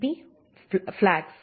B flax